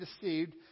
deceived